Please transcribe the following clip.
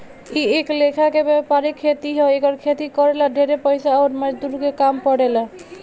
इ एक लेखा के वायपरिक खेती ह एकर खेती करे ला ढेरे पइसा अउर मजदूर के काम पड़ेला